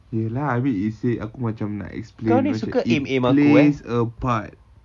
iya lah I mean instead aku macam nak explain it plays a part